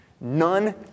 none